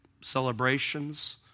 celebrations